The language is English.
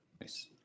Nice